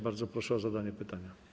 Bardzo proszę o zadanie pytania.